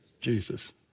Jesus